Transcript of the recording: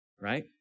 right